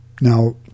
Now